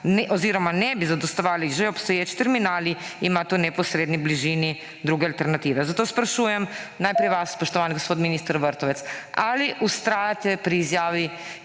ne bi zadostovali že obstoječi terminali, ima to v neposredni bližini druge alternative. Zato sprašujem najprej vas, spoštovani gospod minister Vrtovec: Ali vztrajate pri izjavi,